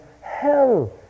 hell